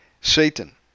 Satan